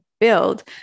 build